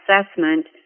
assessment